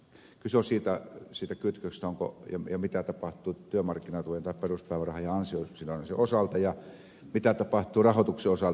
kyse on siitä kytköksestä ja siitä mitä tapahtui työmarkkinatuen tai peruspäivärahan ja ansiosidonnaisen osalta ja mitä tapahtui rahoituksen osalta